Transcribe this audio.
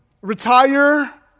retire